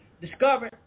discovered